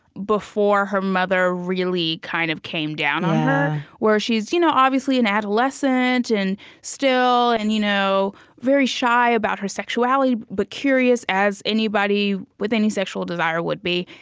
before her mother really kind of came down where she's you know obviously an adolescent and still and you know very shy about her sexuality, but curious, as anybody with any sexual desire would be.